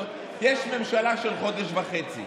יש ממשלה חודש וחצי,